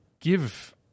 give